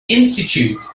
institute